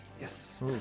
Yes